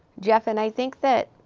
jeff. and i think that,